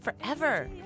forever